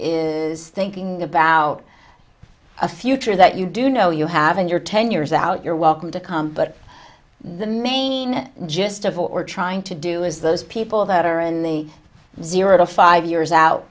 is thinking about a future that you do know you have and you're ten years out you're welcome to come but the main gist of what we're trying to do is those people that are in the zero to five years out